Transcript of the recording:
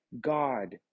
God